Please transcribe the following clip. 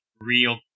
real